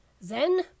Then